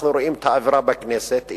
אנחנו רואים את האווירה בכנסת,